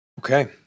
Okay